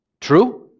True